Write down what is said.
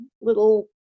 little